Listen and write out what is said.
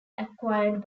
acquired